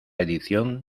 edición